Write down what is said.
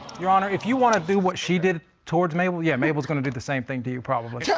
your honor, if you want to do what she did towards mabel, yeah, mabel's gonna do the same thing to you, probably.